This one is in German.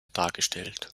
dargestellt